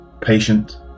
patient